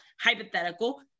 Hypothetical